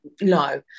No